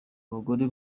abagore